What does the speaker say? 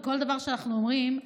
בכל דבר שאנחנו אומרים,